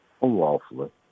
unlawfully